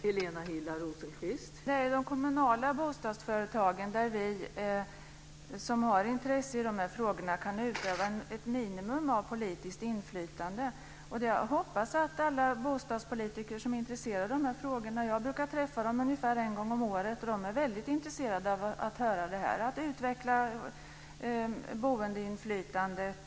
Fru talman! Det är ju i de kommunala bostadsföretagen där vi som har intresse av dessa frågor kan utöva ett minimum av politiskt inflytande. Jag brukar träffa de bostadspolitiker som är intresserade av dessa frågor ungefär en gång om året. De är väldigt intresserade av att höra att man ska utveckla boendeinflytandet.